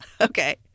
Okay